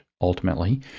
ultimately